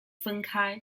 分开